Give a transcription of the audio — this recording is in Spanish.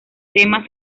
temas